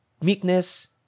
meekness